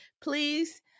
please